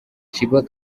sheebah